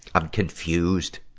i'm confused.